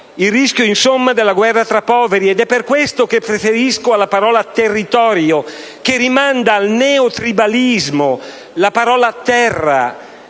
il rischio, insomma, della guerra tra poveri. Ed è per questo che preferisco alla parola «territorio», che rimanda al neotribalismo, la parola «terra»,